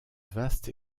vaste